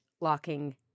locking